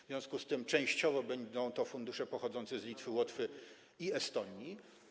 W związku z tym częściowo będą to fundusze pochodzące z Litwy, Łotwy i Estonii.